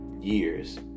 years